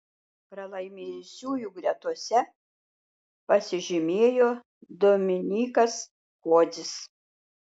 pralaimėjusiųjų gretose pasižymėjo dominykas kodzis